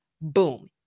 Boom